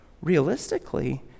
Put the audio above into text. realistically